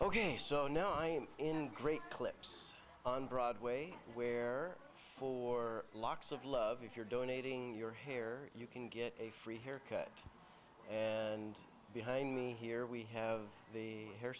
ok so now i am in great clips on broadway where for locks of love if you're donating your hair you can get a free haircut and behind me here we have the hair